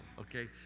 Okay